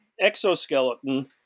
Exoskeleton